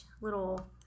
little